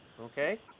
Okay